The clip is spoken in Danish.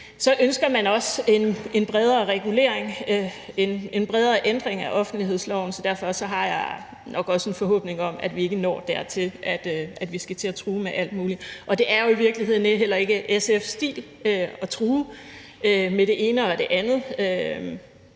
ønsker man også en bredere regulering, en bredere ændring af offentlighedsloven, så derfor har jeg nok også en forhåbning om, at vi ikke når dertil, at vi skal til at true med alt muligt, og det er jo i virkeligheden heller ikke SF's stil at true med det ene og det andet.